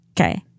okay